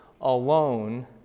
alone